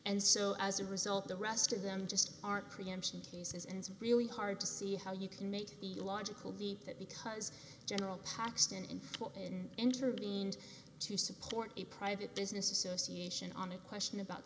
and so as a result the rest of them just aren't preemption cases and it's really hard to see how you can make the logical leap that because general paxton and in intervened to support a private business association on a question about